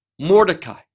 Mordecai